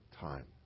time